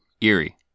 Erie